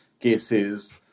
cases